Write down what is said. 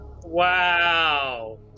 Wow